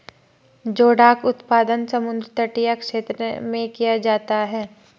जोडाक उत्पादन समुद्र तटीय क्षेत्र में किया जाता है